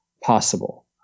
possible